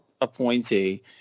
appointee